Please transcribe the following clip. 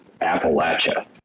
Appalachia